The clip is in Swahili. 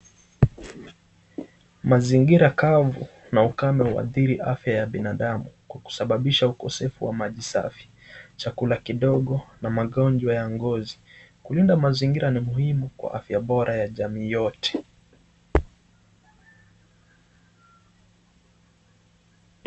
Mazikira kavu na ukame huadhiri afya ya binadamu kwa kusababisha ukosefu wa maji safi, chakula kidogo na magonjwa ya ngozi, huenda mazingira ni muhimu kwa afya bora ya jamii yote.